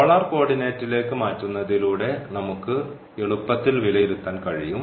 polar കോർഡിനേറ്റിലേക്ക് മാറ്റുന്നതിലൂടെ നമുക്ക് എളുപ്പത്തിൽ വിലയിരുത്താൻ കഴിയും